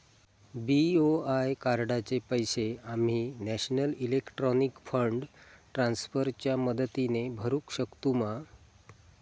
BOI कार्डाचे पैसे आम्ही नेशनल इलेक्ट्रॉनिक फंड ट्रान्स्फर च्या मदतीने भरुक शकतू मा?